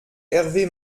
hervé